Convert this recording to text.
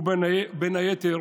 ובין היתר